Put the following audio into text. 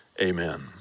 amen